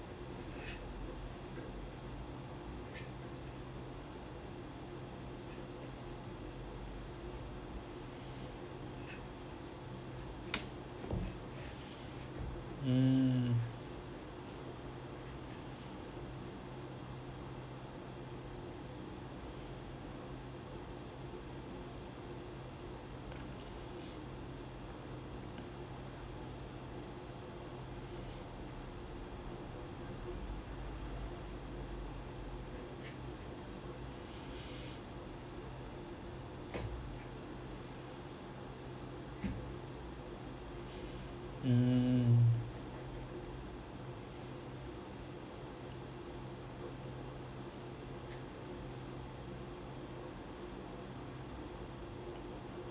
mm mm